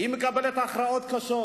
מקבלת הכרעות קשות.